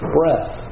breath